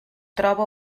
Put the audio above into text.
troba